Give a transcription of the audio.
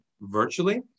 virtually